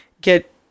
get